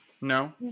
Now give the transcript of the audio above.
no